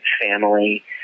family